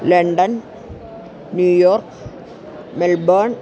London New York Melbourne